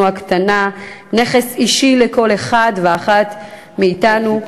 הקטנה ונכס אישי לכל אחד ואחת מאתנו.